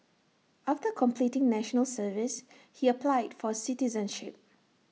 after completing National Service he applied for citizenship